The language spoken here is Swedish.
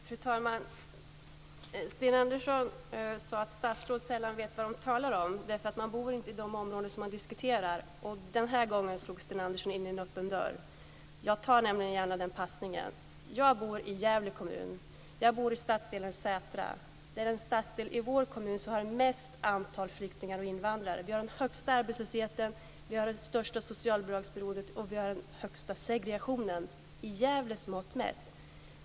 Fru talman! Sten Andersson sade att statsråd sällan vet vad de talar om därför att de inte bor i de områden de diskuterar. Denna gång slog Sten Andersson in en öppen dörr. Jag tar gärna den passningen. Jag bor i Gävle kommun i stadsdelen Sätra. Det är den stadsdel i vår kommun som har den största andelen flyktingar och invandrare. Vi har den högsta arbetslösheten, vi har det största socialbidragsberoendet och vi har den högsta segregationen - i Gävles mått mätt.